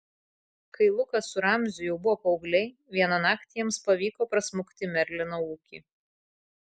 kai lukas su ramziu jau buvo paaugliai vieną naktį jiems pavyko prasmukti į merlino ūkį